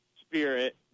spirit